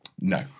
no